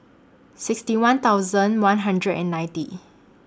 sixty one thousand one hundred and ninety